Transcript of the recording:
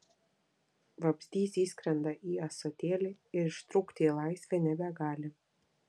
vabzdys įskrenda į ąsotėlį ir ištrūkti į laisvę nebegali